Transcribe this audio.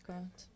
God